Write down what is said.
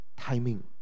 Timing